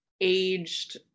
aged